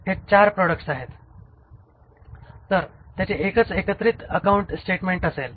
हे 4 प्रॉडक्ट्स आहेत तर त्यांचे एकच एकत्रित अकाउंट स्टेटमेंट असेल